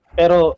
pero